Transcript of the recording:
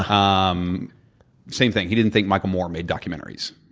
um um same thing. he didn't think michael moore made documentaries.